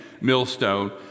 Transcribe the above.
millstone